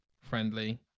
friendly